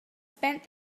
spent